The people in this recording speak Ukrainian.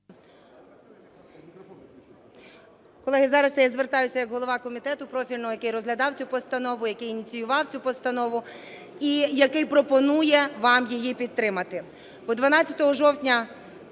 Колеги, зараз це я звертаюсь як голова комітету профільного, який розглядав цю постанову, який ініціював цю постанову і який пропонує вам її підтримати.